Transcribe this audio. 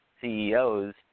CEOs